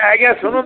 ଯେ ଆଜ୍ଞା ଶୁଣୁନ୍ ତ